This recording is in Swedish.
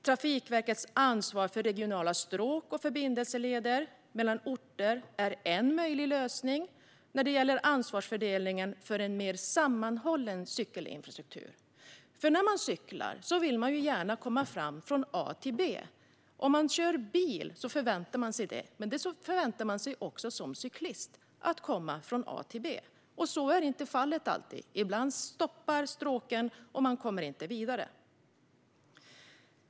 Trafikverkets ansvar för regionala stråk och förbindelseleder mellan orter är en möjlig lösning när det gäller ansvarsfördelningen för en mer sammanhållen cykelinfrastruktur. När man cyklar vill man gärna komma fram från A till B. Om man kör bil förväntar man sig detta, och även som cyklist förväntar man sig att komma från A till B. Så är inte alltid fallet - ibland tar stråken slut, och man kommer inte vidare.